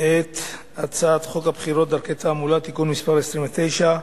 את הצעת חוק הבחירות (דרכי תעמולה) (תיקון מס' 29),